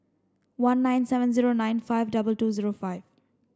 one nine seven zero nine five double two zero five